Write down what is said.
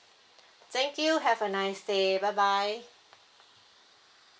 thank you have a nice day bye bye